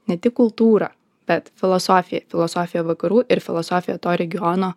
ne tik kultūrą bet filosofija filosofija vakarų ir filosofija to regiono